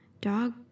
dog